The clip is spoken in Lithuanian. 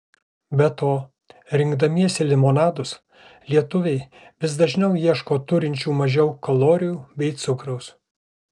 be to rinkdamiesi limonadus lietuviai vis dažniau ieško turinčių mažiau kalorijų bei cukraus